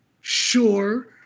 Sure